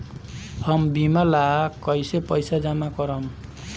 हम बीमा ला कईसे पईसा जमा करम?